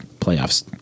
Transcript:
playoffs